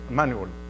manual